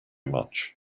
much